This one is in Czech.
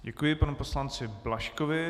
Děkuji panu poslanci Blažkovi.